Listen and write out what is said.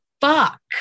fuck